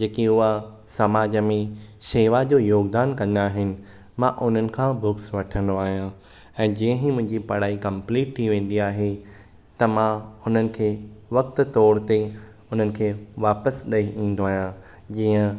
जेके उहे समाज में शेवा जो योगदान कंदा आहिनि मां उन्हनि खां बुक्स वठंदो आहियां ऐ जीअं ई मुंहिंजी पढ़ाई कम्पलीट थी वेंदी आहे त मां हुननि खे वक़्तु तौर ते हुननि खे वापसि ॾई ईंदो आहियां जीअं